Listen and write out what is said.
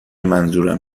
منظورم